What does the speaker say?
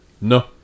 No